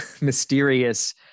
mysterious